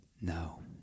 No